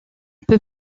peut